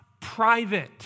private